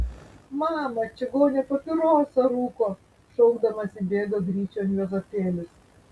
mama čigonė papirosą rūko šaukdamas įbėga gryčion juozapėlis